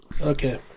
Okay